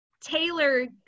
Taylor